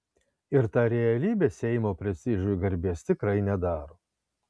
ir ta realybė seimo prestižui garbės tikrai nedaro